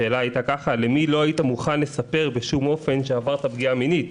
השאלה הייתה כך: 'למי לא היית מוכן לספר בשום אופן שעברת פגיעה מינית'.